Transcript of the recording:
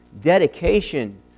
dedication